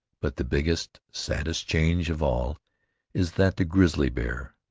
but the biggest, saddest change of all is that the grizzly bear,